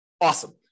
Awesome